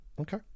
okay